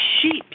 sheep